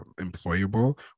employable